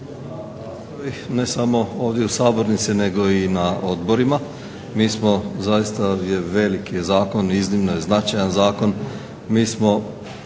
ne samo ovdje u sabornici nego i na odborima. Mi smo zaista veliki je zakon i iznimno je značajan zakon.